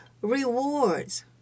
rewards